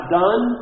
done